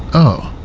oh